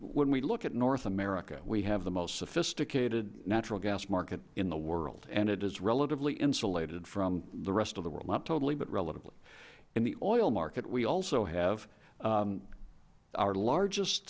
when we look at north america we have the most sophisticated gas market in the world and it is relatively insulated from the rest of the world not totally but relatively and the oil market we also have our largest